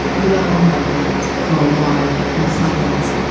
we went on like that for a while in silence,